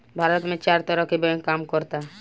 भारत में चार तरह के बैंक काम करऽता